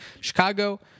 Chicago